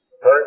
First